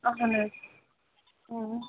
اَہَن حظ